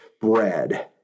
bread